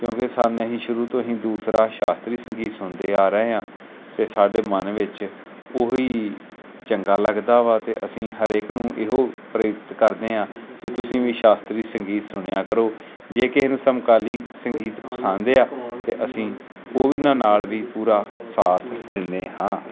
ਕਿਉਂਕਿ ਸਾਨ ਅਸੀਂ ਸ਼ੁਰੂ ਤੋਂ ਹੀ ਦੂਸਰਾ ਸ਼ਾਸਤਰੀ ਸੰਗੀਤ ਸੁਣਦੇ ਆ ਰਹੇ ਹਾਂ ਅਤੇ ਸਾਡੇ ਮਨ ਵਿੱਚ ਉਹੀ ਚੰਗਾ ਲੱਗਦਾ ਵਾ ਅਤੇ ਅਸੀਂ ਹਰੇਕ ਨੂੰ ਇਹੋ ਪ੍ਰੇਰਿਤ ਕਰਦੇ ਹਾਂ ਬਈ ਤੁਸੀਂ ਵੀ ਸ਼ਾਸਤਰੀ ਸੰਗੀਤ ਸੁਣਿਆ ਕਰੋ ਜੇ ਕਿਸੇ ਨੂੰ ਸਮਕਾਲੀ ਸੰਗੀਤ ਪਸੰਦ ਆ ਅਤੇ ਅਸੀਂ ਉਹ ਵੀ ਉਹਨਾਂ ਨਾਲ ਵੀ ਪੂਰਾ ਸਾਥ ਦਿੰਦੇ ਹਾਂ